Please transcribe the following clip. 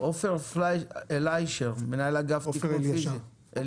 עופר אלישר, בבקשה.